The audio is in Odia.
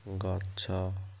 ଗଛ